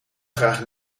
graag